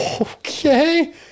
Okay